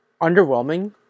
underwhelming